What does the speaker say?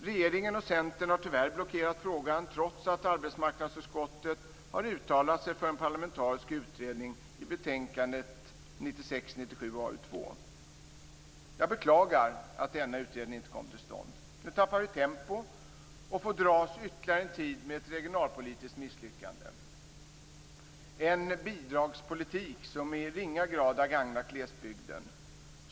Regeringen och Centern har tyvärr blockerat frågan trots att arbetsmarknadsutskottet har uttalat sig för en parlamentarisk utredning i betänkandet Jag beklagar att denna utredning inte kom till stånd. Nu tappar vi tempo och får dras ytterligare en tid med ett regionalpolitiskt misslyckande. Det är en bidragspolitik som i ringa grad har gagnat glesbygden.